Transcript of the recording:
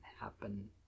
happen